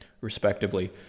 respectively